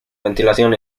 ventilación